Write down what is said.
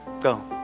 Go